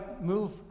move